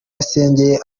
yasengeye